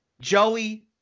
Joey